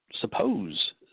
suppose